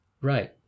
Right